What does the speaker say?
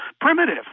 primitive